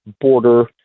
border